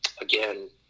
again